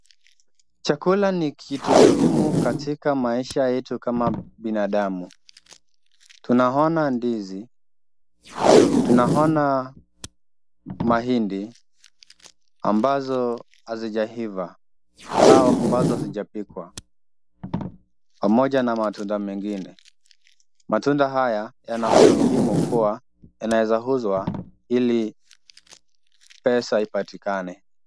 Chakula ni kitu muhimu katika maisha yetu kama binadamu. Tunaona ndizi, tunaona mahindi ambazo hazijaiva au ambazo hazijapikwa pamoja na matunda mengine. Matunda haya yana umuhimu kuwa yanaweza uzwa ili pesa ipatikane.